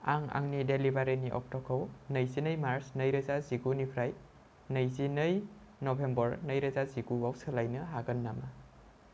आं आंनि डेलिभारिनि अक्ट'खौ नैजिनै मार्च नैरोजा जिगुनिफ्राय नैजिनै नभेम्बर नैरोजा जिगुआव सोलायनो हागोन नामा